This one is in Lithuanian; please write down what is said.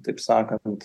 taip sakant